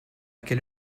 quelle